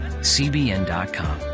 CBN.com